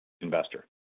investor